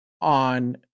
on